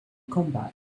combat